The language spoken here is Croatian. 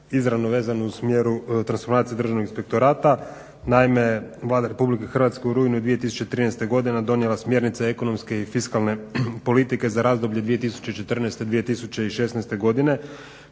izravno je vezano u smjeru transformacije Državnog inspektorata. Naime, Vlada RH u rujnu 2013.godine donijela smjernice ekonomske i fiskalne politike za razdoblje 2014.-2016.godine.